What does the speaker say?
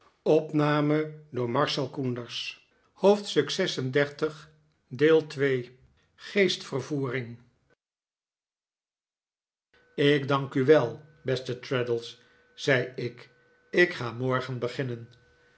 te banen ik dank u wel beste traddles zei ik ik ga morgen beginnen